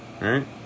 right